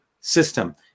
system